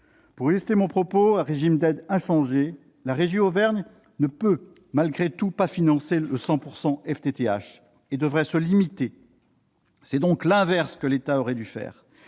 Pour illustrer mon propos, à régime d'aide inchangé, la régie Auvergne numérique ne pourrait pas financer le 100 % FTTH et devrait se limiter. C'est donc l'inverse que l'État aurait dû faire